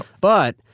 but-